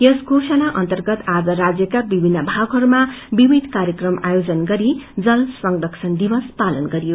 यस घोषणा अर्न्तगत आज राज्यका विभिन्न भागहरूमा विविध कार्यक्रम आयोजन गरी जल संरक्षण दिवसपालन गरियो